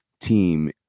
team